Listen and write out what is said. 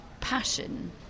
passion